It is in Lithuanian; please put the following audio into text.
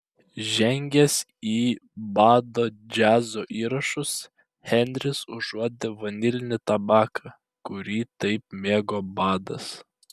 žengęs į bado džiazo įrašus henris užuodė vanilinį tabaką kurį taip mėgo badas